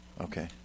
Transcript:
Okay